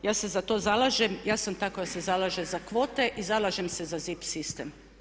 Ja se za to zalažem, ja sam ta koja se zalaže za kvote i zalažem se za zip sistem.